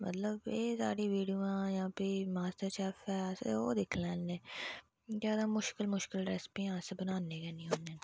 मतलब एह् कि सारियां वीडियो जां फ्ही मास्टर शैफ ऐ अस ओह् दिक्खी लैन्ने ज्यादा मुश्किल मुश्किल रेसपी अस बनान्ने गै नेईं होन्ने